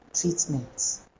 treatments